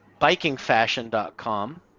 bikingfashion.com